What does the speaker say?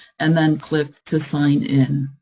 and then click to sign in.